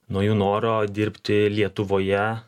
nuo jų noro dirbti lietuvoje